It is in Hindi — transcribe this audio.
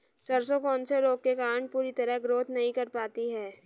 सरसों कौन से रोग के कारण पूरी तरह ग्रोथ नहीं कर पाती है?